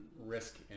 risk